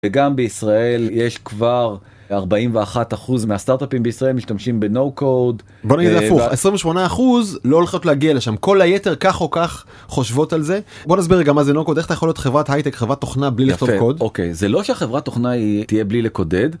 וגם בישראל יש כבר 41% מהסטארט-אפים בישראל משתמשים בנו קוד. בו נגיד את זה הפוך, 28% לא הולכות להגיע לשם. כל היתר כך או כך, חושבות על זה. בוא נסביר גם מה זה נו קוד איך אתה יכול להיות חברת הייטק חברת תוכנה בלי לכתוב קוד? אוקי, זה לא שהחברת תוכנה היא תהיה בלי לקודד.